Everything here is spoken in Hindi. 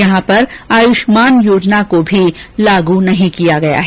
यहां पर आयुष्मान योजना को भी लागू नहीं किया गया है